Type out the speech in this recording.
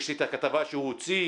יש לי את הכתבה שהוא הוציא,